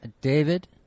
David